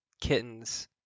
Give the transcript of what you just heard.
kittens